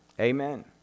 Amen